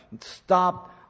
stop